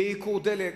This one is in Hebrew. יהיה ייקור דלק,